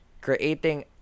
creating